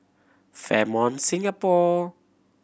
Fairmont Singapore